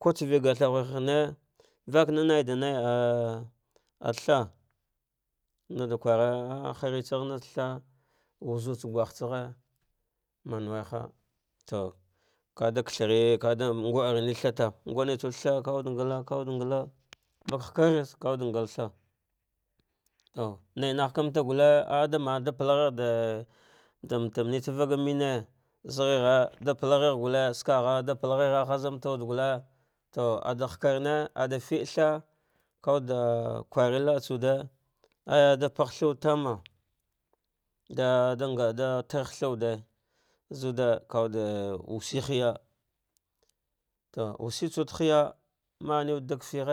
ko tseve gathahure hahave gatena naiɗai nai that naɗa kwara ah haritsagh natsa thigh, wuzu tsa guhg tsagha mmanawe ha to kaɗa kathare kaɗa ngwame thigh nguvne tsa wude thaghta ka wute ngallah kawuɗe ngall thigh to nainahvanta gulle, ah da palgh ɗe ɗam ten ai tsavege zehehe, ɗa palaghe gulle skagha ah da palasheghe hazmate gulle to aɗa hakarne aɗa fiɗe thigh ɗa kware laatsa wuɗe ayya ɗa ɗa pllagh thigh wude tana va ɗa ɗa ɗe palagh thigh wade kuwute wuse hiya to wuse tsa wude hiya mane weɗe ɗagh figh.